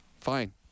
fine